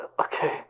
Okay